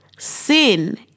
sin